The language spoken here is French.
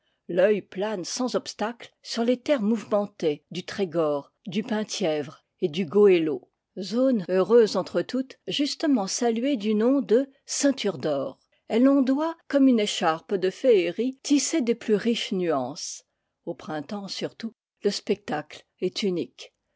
l'œil plane sans obstacle sur les terres mouve mentées du trégor du penthièvre et du oëlo h uun heureuse entre toutes justement saluée du nom de ceinture d'or elle ondoie comme une écharpe de féerie tissée des plus riches nuances au printemps surtout le spectacle est unique